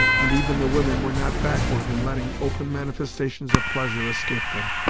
and even the women were not backward in letting open manifestations of pleasure escape them.